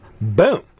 Boom